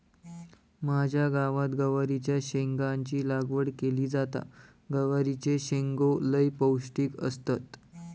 माझ्या गावात गवारीच्या शेंगाची लागवड केली जाता, गवारीचे शेंगो लय पौष्टिक असतत